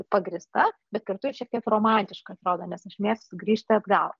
pagrįsta bet kartu ir šiek tiek romantiškai atrodo nes aš mėgstu grįžti atgal